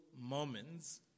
moments